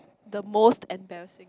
the most embarrassing